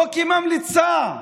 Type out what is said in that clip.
לא כממליצה,